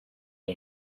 uyu